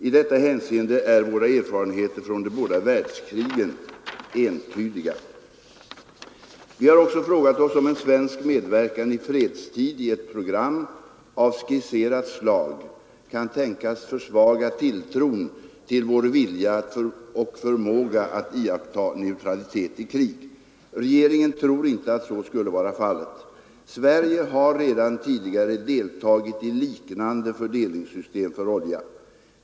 I detta hänseende är våra erfarenheter från de båda världskrigen entydiga. Vi har också frågat oss om en svensk medverkan i fredstid i ett program av skisserat slag kan tänkas försvaga tilltron till vår vilja och förmåga att iaktta neutralitet i krig. Regeringen tror inte att så skulle vara fallet. Sverige har redan tidigare deltagit i liknande fördelningssystem för olja.